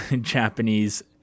Japanese